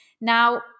Now